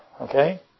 Okay